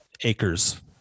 acres